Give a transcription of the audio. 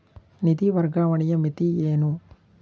ನಿಧಿ ವರ್ಗಾವಣೆಯ ಮಿತಿ ಏನು?